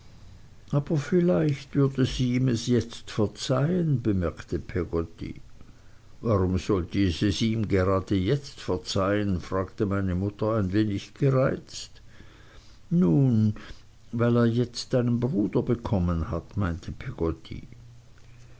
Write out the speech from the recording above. aber vielleicht würde sie es ihm jetzt verzeihen bemerkte peggotty warum sollte sie es ihm gerade jetzt verzeihen fragte meine mutter ein wenig gereizt nun weil er jetzt einen bruder bekommen hat meinte